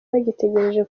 bagitegereje